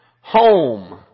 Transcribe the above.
home